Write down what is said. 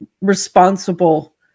responsible